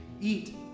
eat